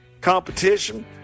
competition